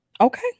Okay